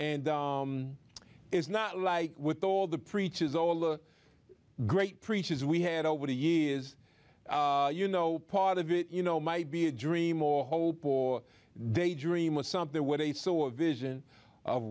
and it's not like with all the preachers all the great preachers we had over the years you know part of it you know might be a dream or hope or daydream or something where they saw a vision of